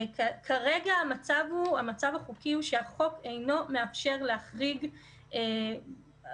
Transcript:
כרגע המצב החוקי הוא שהחוק אינו מאפשר להחריג עבריינים